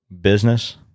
business